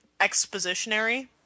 expositionary